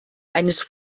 eines